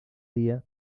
dia